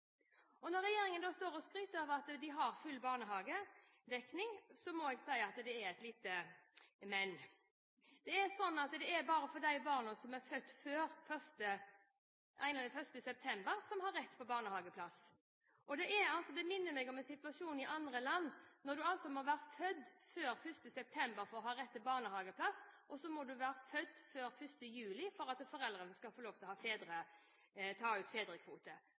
barnehager. Når regjeringen da står og skryter av at de har full barnehagedekning, må jeg si at det er et lite men. Det er bare de barna som er født før 1. september, som har rett til barnehageplass. Det minner meg om en situasjon i andre land – når du altså må være født før 1. september for å ha rett til barnehageplass, og du må være født før 1. juli for at fedrene skal få lov til å ta ut fedrekvote,